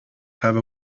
have